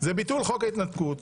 זה ביטול חוק ההתנתקות,